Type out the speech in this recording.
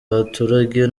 baturage